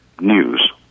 news